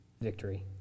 victory